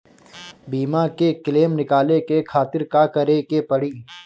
बीमा के क्लेम निकाले के खातिर का करे के पड़ी?